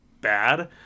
bad